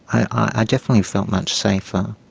i definitely felt much safer.